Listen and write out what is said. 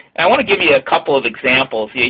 i want to give you a couple of examples.